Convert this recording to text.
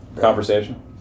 Conversation